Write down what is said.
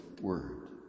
word